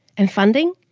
and funding?